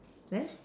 then